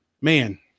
man